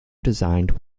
designed